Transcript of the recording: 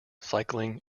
cycling